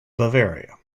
bavaria